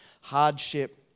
hardship